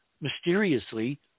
mysteriously